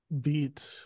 beat